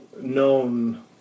Known